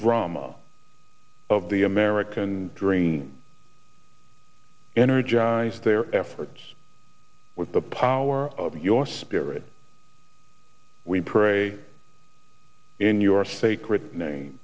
drama of the american dream energize their efforts with the power of your spirit we pray in your sacred name